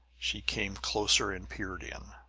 she came closer and peered in.